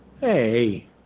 Hey